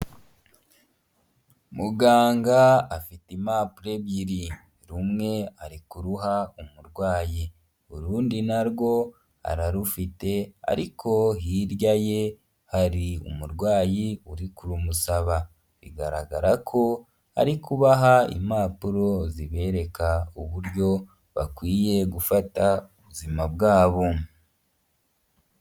Muganga afite impapuro ebyiri, rumwe ari kuruha umurwayi urundi na rwo ararufite ariko hirya ye hari umurwayi uri kurumusaba, bigaragara ko ari kubaha impapuro zibereka uburyo bakwiye gufata ubuzima bwabo.